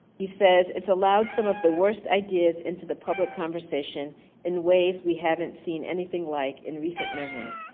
he says it's allowed some of the worst ideas into the public conversation in ways we haven't seen anything like in recent memory.